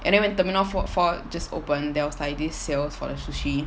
and then when terminal fo~ four just open there was like this sales for the sushi